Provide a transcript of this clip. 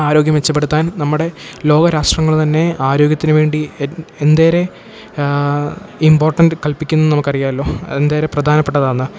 ആരോഗ്യം മെച്ചപ്പെടുത്താൻ നമ്മുടെ ലോക രാഷ്ട്രങ്ങൾ തന്നെ ആരോഗ്യത്തിനു വേണ്ടി എന്തേരെ ഇമ്പോർട്ടൻ്റ് കൽപ്പിക്കുന്നു നമുക്കറിയാമല്ലോ എന്തേരെ പ്രധാനപ്പെട്ടതാണെന്ന്